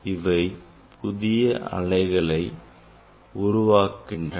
இவை புதிய அலைகளை உருவாக்குகின்றன